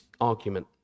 argument